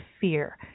fear